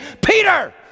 Peter